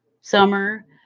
Summer